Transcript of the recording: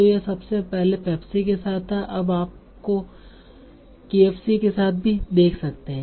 तो यह पहले पेप्सी के साथ था अब आप केएफसी के साथ भी देख सकते हैं